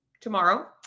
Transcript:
tomorrow